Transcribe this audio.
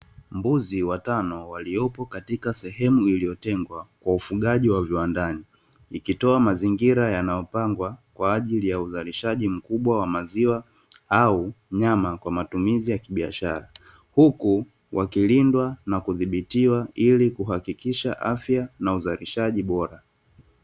Mbuzi watano waliopo katika sehemu iliyotengwa kwa ufugaji wa viwandani, ikitoa mazingira yanayopangwa kwa ajili ya uzalishaji mkubwa wa maziwa au nyama kwa matumizi ya kibiashara huku wakilindwa na kudhibitiwa ili kuhakikisha afya na uzalishaji bora.